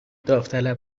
داوطلب